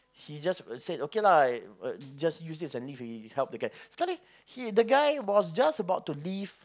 he just said okay lah just use it as a leave to help the guy scarcely the guy was just about to leave